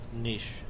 Niche